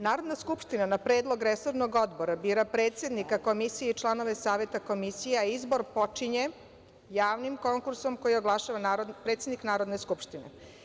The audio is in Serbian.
Narodna skupština na predlog resornog Odbora bira predsednika komisije i članove Saveta komisija, a izbor počinje javnim konkursom koji oglašava predsednik Narodne skupštine.